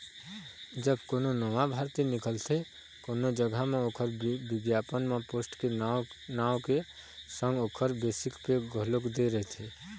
जब कोनो नवा भरती निकलथे कोनो जघा म ओखर बिग्यापन म पोस्ट के नांव के संग ओखर बेसिक पे घलोक दे रहिथे